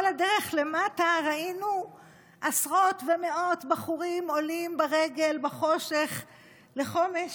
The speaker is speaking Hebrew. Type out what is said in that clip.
כל הדרך למטה ראינו עשרות ומאות בחורים עולים ברגל בחושך לחומש.